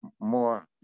more